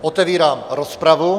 Otevírám rozpravu.